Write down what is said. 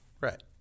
Right